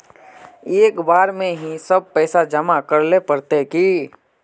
एक बार में ही सब पैसा जमा करले पड़ते की?